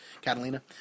Catalina